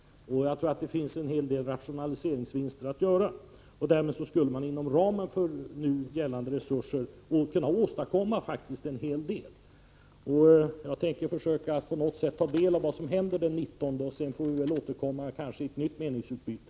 Jag tror att det går att göra rationella vinster och att en hel del skulle kunna åstadkommas inom ramen för nu gällande resurser. Jag skall försöka att ta del av vad som händer den 19 november, och sedan får vi kanske återkomma i ett nytt meningsutbyte.